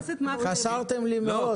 חסרתם לי מאוד.